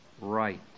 right